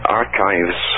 archives